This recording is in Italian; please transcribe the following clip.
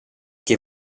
che